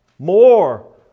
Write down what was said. more